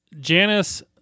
Janice